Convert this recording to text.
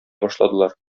башладылар